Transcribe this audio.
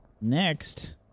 Next